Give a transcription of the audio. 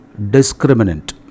discriminant